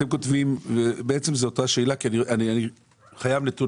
אתם כותבים - זאת בעצם אותה שאלה כי אני חייב נתון